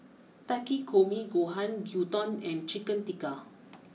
Takikomi Gohan Gyudon and Chicken Tikka